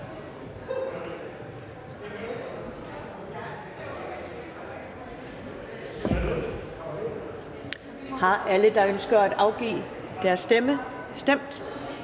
Har alle, der ønsker at afgive deres stemme, stemt?